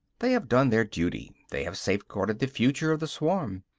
they have done their duty they have safeguarded the future of the swarm,